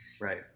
Right